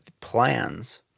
plans